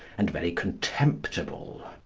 and very contemptible.